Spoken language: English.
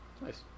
Nice